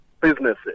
businesses